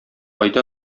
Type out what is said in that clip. айда